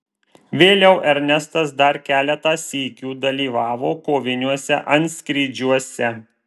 vėliau ernestas dar keletą sykių dalyvavo koviniuose antskrydžiuose